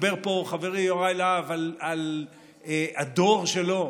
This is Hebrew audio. דיבר פה חברי יוראי להב על הדור שלו,